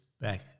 back